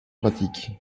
pratique